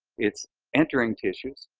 it's entering tissues.